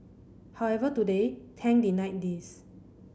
however today Tang denied these